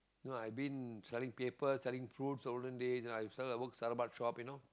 know I've been selling paper selling fruits olden days I've work Starbuck shop you know